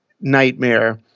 nightmare